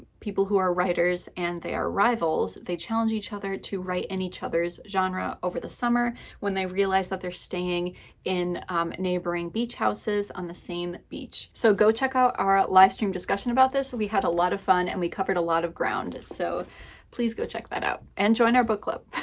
people who are writers, and they are rivals, they challenge each other to write in and each other's genre over the summer when they realize that they're staying in neighboring beach houses on the same beach. so go check out our live stream discussion about this. we had a lot of fun, and we covered a lot of ground, so please go check that out. and join our book club.